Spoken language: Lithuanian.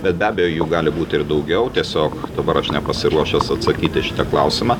bet be abejo jų gali būti ir daugiau tiesiog dabar aš nepasiruošęs atsakyti į šitą klausimą